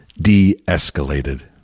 de-escalated